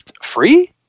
Free